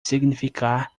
significar